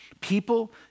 People